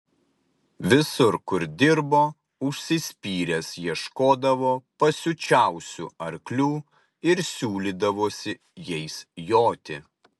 visur kur dirbo užsispyręs ieškodavo pasiučiausių arklių ir siūlydavosi jais joti